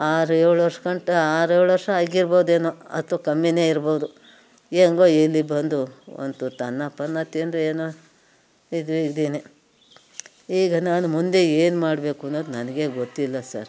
ಆರು ಏಳು ವರ್ಷಗಂಟ ಆರು ಏಳು ವರ್ಷ ಆಗಿರ್ಬೋದೇನೋ ಅದಕ್ಕೂ ಕಮ್ಮಿನೇ ಇರಬಹುದು ಹೆಂಗೋ ಇಲ್ಲಿಗೆ ಬಂದು ಒಂದು ತುತ್ತು ಅನ್ನ ಪನ್ನ ತಿಂದು ಏನೋ ಇದ್ವಿ ಇದ್ದೀನಿ ಈಗ ನಾನು ಮುಂದೆ ಏನು ಮಾಡಬೇಕು ಅನ್ನೋದು ನನಗೆ ಗೊತ್ತಿಲ್ಲ ಸರ್